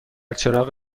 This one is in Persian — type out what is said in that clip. چراغ